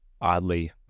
oddly